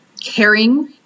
caring